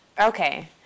Okay